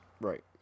Right